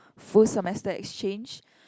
full semester exchange